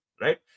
right